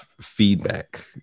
feedback